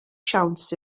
siawns